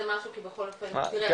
תראה,